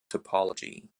topology